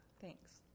Thanks